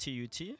TUT